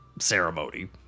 ceremony